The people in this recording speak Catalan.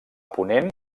ponent